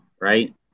right